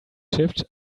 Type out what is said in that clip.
shipped